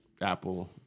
Apple